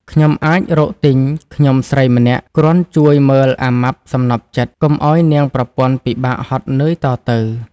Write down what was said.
ខ្ញុំអាចរកទិញខ្ញុំស្រីម្នាក់គ្រាន់ជួយមើលអាម៉ាប់សំណព្វចិត្ត កុំឱ្យនាងប្រពន្ធពិបាកហត់នឿយ តទៅ។